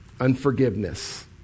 Unforgiveness